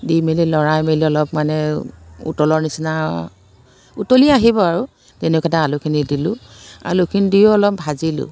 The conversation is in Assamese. দি মেলি লৰাই মেলি অলপ মানে উতলৰ নিচিনা উতলিয়েই আহিব আৰু তেনেকুৱাতে আলুখিনি দিলোঁ আলুখিনি দিও অলপ ভাজিলোঁ